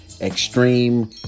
extreme